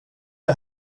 det